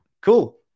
cool